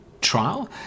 trial